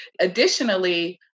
Additionally